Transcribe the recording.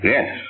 Yes